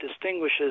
distinguishes